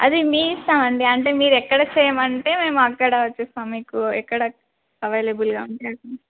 అది మీ ఇష్టం అండి అంటే మీరు ఎక్కడ చేయమంటే మేము అక్కడ వచ్చేస్తా మీకు ఎక్కడ అవైలబుల్గా ఉంటా